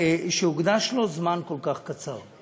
שהוקדש לו זמן כל כך קצר.